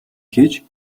хийж